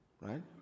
right